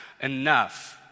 enough